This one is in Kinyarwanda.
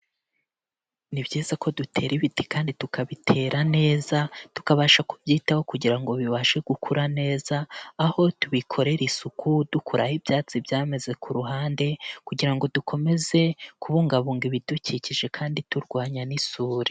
Ni byiza ko dutera ibiti kandi tukabitera neza, tukabasha kubyitaho kugira ngo bibashe gukura neza, aho tubikorera isuku dukuraho ibyatsi byameze ku ruhande, kugira ngo dukomeze kubungabunga ibidukikije kandi turwanya n'isuri.